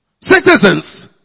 Citizens